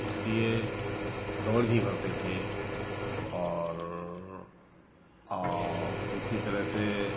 इसलिए दौड़ भी करते थे और आप इसी तरह से